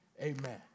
Amen